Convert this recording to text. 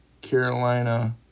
Carolina